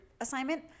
assignment